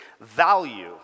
value